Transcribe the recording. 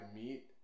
meat